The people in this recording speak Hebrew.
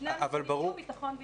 שני משרדים, שיהיו ביטחון והתיישבות.